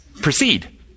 proceed